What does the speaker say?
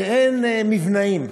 שאין מבנאים.